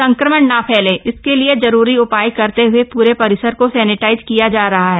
संक्रमण ना फैले इसके लिए जरुरी उपाय करते हए पूरे परिसर को सैनेटाईज किया जा रहा है